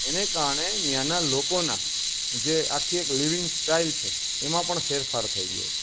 એને કારણે ન્યાંના લોકોના જે આખી એક લિવિંગ સ્ટાઇલ છે એમાં પણ ફેરફાર થઈ ગયો છે